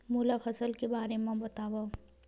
मोला फसल के बारे म बतावव?